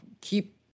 keep